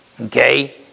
Okay